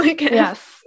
Yes